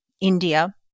India